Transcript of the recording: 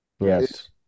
yes